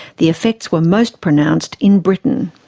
the effects were most pronounced in britain.